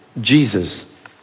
Jesus